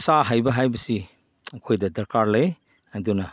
ꯈꯨꯠ ꯁꯥ ꯍꯩꯕ ꯍꯥꯏꯕꯁꯤ ꯑꯩꯈꯣꯏꯗ ꯗꯔꯀꯥꯔ ꯂꯩ ꯑꯗꯨꯅ